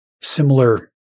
similar